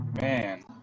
man